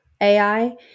AI